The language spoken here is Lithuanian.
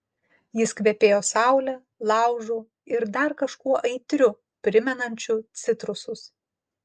jis kvepėjo saule laužu ir dar kažkuo aitriu primenančiu citrusus